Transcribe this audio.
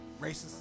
racist